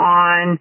on